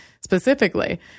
specifically